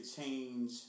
change